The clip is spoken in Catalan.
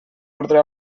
ordre